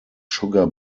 sugar